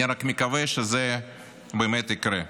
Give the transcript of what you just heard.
אני רק מקווה שזה באמת יקרה.